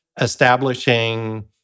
establishing